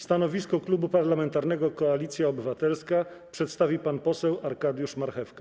Stanowisko Klubu Parlamentarnego Koalicja Obywatelska przedstawi pan poseł Arkadiusz Marchewka.